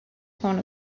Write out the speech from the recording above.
came